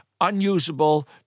unusable